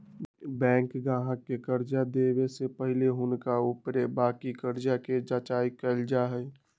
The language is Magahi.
बैंक गाहक के कर्जा देबऐ से पहिले हुनका ऊपरके बाकी कर्जा के जचाइं कएल जाइ छइ